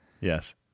Yes